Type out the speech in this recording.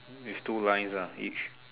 with two lines ah each